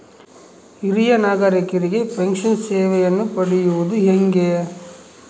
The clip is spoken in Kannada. ಹಿರಿಯ ನಾಗರಿಕರಿಗೆ ಪೆನ್ಷನ್ ಸೇವೆಯನ್ನು ಪಡೆಯುವುದು ಹೇಗೆ?